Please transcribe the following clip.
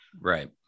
Right